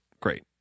great